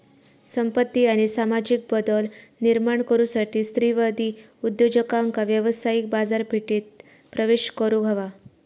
संपत्ती आणि सामाजिक बदल निर्माण करुसाठी स्त्रीवादी उद्योजकांका व्यावसायिक बाजारपेठेत प्रवेश करुक हवा